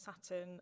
Saturn